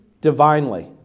divinely